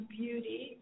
beauty